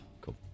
Cool